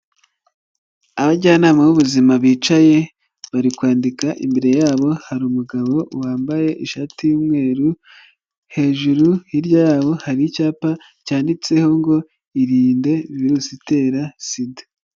Abajyanama b'ubuzima bicaye bari kwandika, imbere yabo hari umugabo wambaye ishati y'umweru, hejuru hirya yabo hari icyapa cyanditseho ngo irinde virusi itera SIDA.